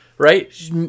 right